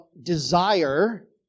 desire